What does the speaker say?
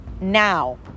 now